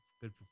good